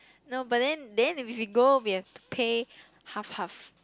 no but then then if we go we have to pay half half